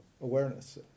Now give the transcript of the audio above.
awareness